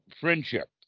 friendship